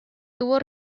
tuvo